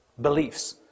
beliefs